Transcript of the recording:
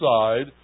side